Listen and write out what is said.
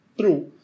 true